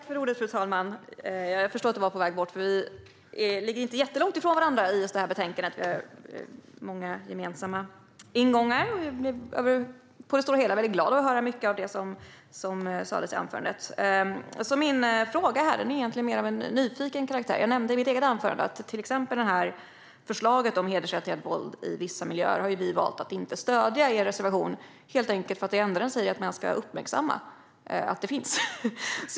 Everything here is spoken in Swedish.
Fru talman! Vi ligger inte jättelångt från varandra i just detta betänkande, Erik Slottner. Vi har många gemensamma ingångar, och jag blev på det stora hela väldigt glad av att höra mycket av det som sades i anförandet. Min fråga är mer av en nyfiken karaktär. Jag nämnde i mitt eget anförande att vi har valt att inte stödja er reservation när det gäller förslaget om hedersrelaterat våld i vissa miljöer. Detta beror helt enkelt på att det enda den säger är att man ska uppmärksamma att det finns.